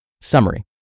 Summary